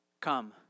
come